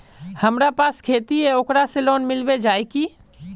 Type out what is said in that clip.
हमरा पास खेती है ओकरा से लोन मिलबे जाए की?